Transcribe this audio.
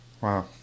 Wow